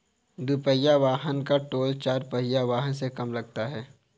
दुपहिया वाहन का टोल चार पहिया वाहन से कम लगता है